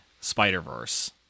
Spider-Verse